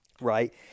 Right